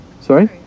Sorry